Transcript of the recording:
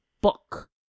book